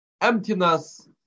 emptiness